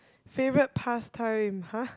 favourite past time !huh!